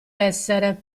essere